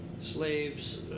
Slaves